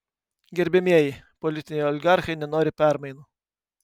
gerbiamieji politiniai oligarchai nenori permainų